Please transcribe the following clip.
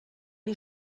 die